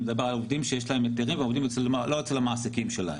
אני מדבר על עובדים שיש להם היתרים והם לא עובדים אצל המעסיקים שלהם.